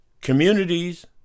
communities